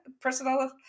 personal